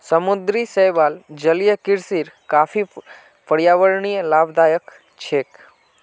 समुद्री शैवाल जलीय कृषिर काफी पर्यावरणीय लाभदायक छिके